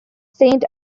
saint